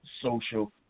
social